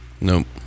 Nope